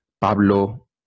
Pablo